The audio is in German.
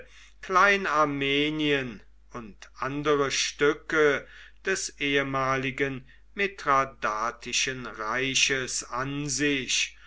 klein armenien und andere stücke des ehemaligen mithradatischen reiches an sich